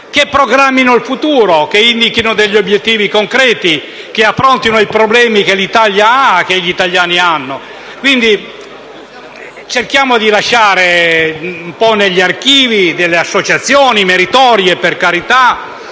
che programmino il futuro, che indichino obiettivi concreti, che affrontino i problemi che l'Italia e gli italiani hanno. Cerchiamo di lasciare il ricordo agli archivi delle associazioni - meritorie, per carità